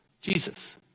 Jesus